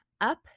up